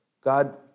God